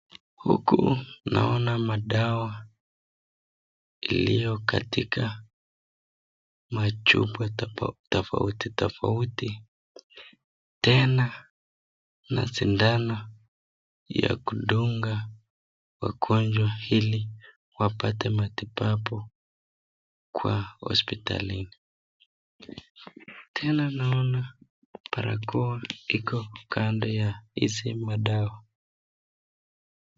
Huku naona madawa iliyokatika machupa tofauti tofauti, tena na sindano ya kudunga wagonjwa ili wapate matibabu kwa hospitali. Tena naona barakoa iko kando ya hizi madawa.